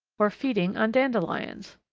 or feeding on dandelions.